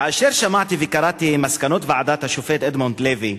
כאשר שמעתי וקראתי את מסקנות ועדת השופט אדמונד לוי,